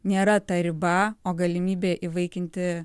nėra ta riba o galimybė įvaikinti